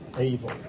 evil